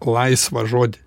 laisvą žodį